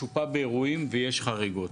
משופע באירועים, ויש חריגות.